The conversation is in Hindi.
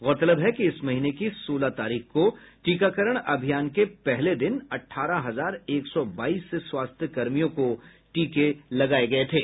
गौरतलब है कि इस महीने की सोलह तारीख को टीकाकरण अभियान के पहले दिन अठारह हजार एक सौ बाईस स्वास्थ्य कर्मियों को टीके लगाये गए थे